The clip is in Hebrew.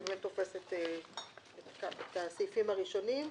שהוא באמת תופס את הסעיפים הראשונים,